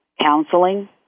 counseling